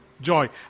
joy